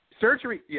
Surgery